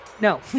No